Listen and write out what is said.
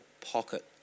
pocket